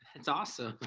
it's awesome.